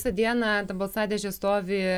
visą dieną balsadėžės stovi